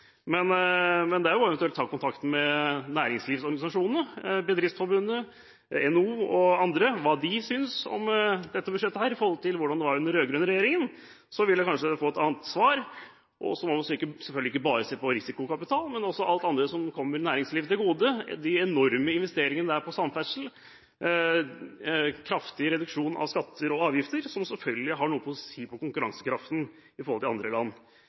Men det er eventuelt bare å ta kontakt med næringslivsorganisasjonene, Bedriftsforbundet, NHO og andre og høre hva de synes om dette budsjettet i forhold til hvordan det var under den rød-grønne regjeringen. Da vil man kanskje få et annet svar. Så må man selvfølgelig ikke bare se på risikokapital, men også på alt det andre som kommer næringslivet til gode – de enorme investeringene i samferdsel, kraftig reduksjon av skatter og avgifter – som selvfølgelig har noe å si for konkurransekraften i forhold til andre land.